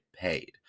paid